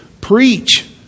preach